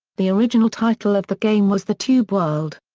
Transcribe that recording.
the original title of the game was the tube world.